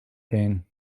gain